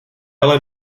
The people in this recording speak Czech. ale